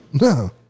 no